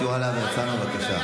חבר הכנסת יוראי להב הרצנו, בבקשה.